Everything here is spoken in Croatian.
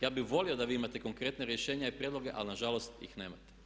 Ja bih volio da vi imate konkretna rješenja i prijedloge ali na žalost ih nemate.